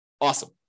Awesome